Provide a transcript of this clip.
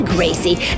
Gracie